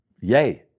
Yay